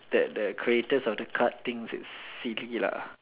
that the creators of the card thinks it's silly lah